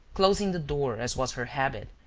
closing the door, as was her habit,